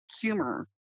humor